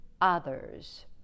others